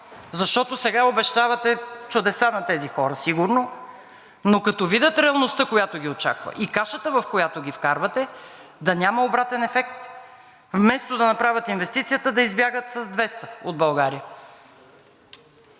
защото сега обещавате чудеса на тези хора сигурно, но като видят реалността, която ги очаква, и кашата, в която ги вкарвате, да няма обратен ефект. Вместо да направят инвестицията, да избягат с двеста от България.